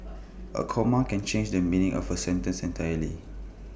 A comma can change the meaning of A sentence entirely